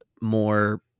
more